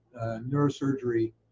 neurosurgery